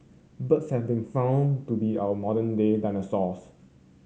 birds have been found to be our modern day dinosaurs